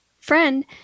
friend